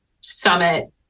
summit